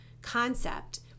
concept